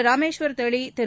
ராமேஷ்வர் தெளி திரு